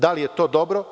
Da li je to dobro?